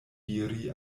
diri